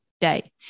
day